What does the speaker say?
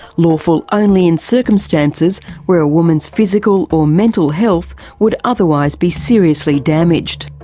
lawful only in circumstances where a woman's physical or mental health would otherwise be seriously damaged.